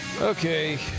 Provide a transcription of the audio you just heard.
Okay